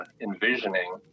envisioning